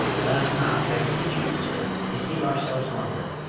let us not, i beseech you, sir, deceive ourselves longer.